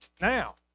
now